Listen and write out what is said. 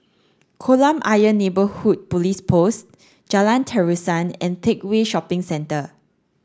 Kolam Ayer Neighbourhood Police Post Jalan Terusan and Teck Whye Shopping Centre